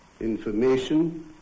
information